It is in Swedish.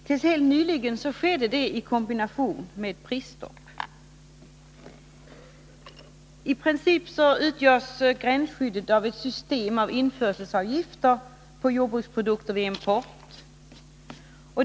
Till helt nyligen skedde det i kombination med ett prisstopp. Gränsskyddet utgörs i princip av ett system med införselavgifter på jordbruksprodukter vid import.